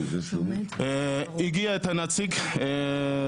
הגיע הנציג אצלנו,